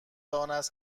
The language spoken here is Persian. آنست